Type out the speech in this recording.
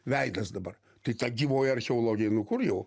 veidas dabar tai ta gyvoji archeologija nu kur jau